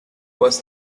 was